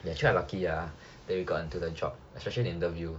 actually quite lucky ah that we got into the job especially the interview